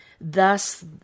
Thus